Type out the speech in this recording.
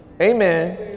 Amen